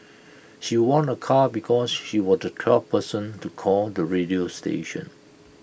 she won A car because she was the twelfth person to call the radio station